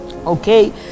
Okay